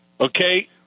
okay